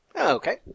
okay